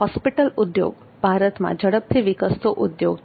hospital ઉદ્યોગ ભારતમાં ઝડપથી વિકસતો ઉદ્યોગ છે